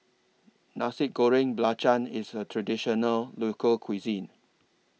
Nasi Goreng Belacan IS A Traditional Local Cuisine